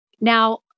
Now